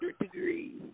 degrees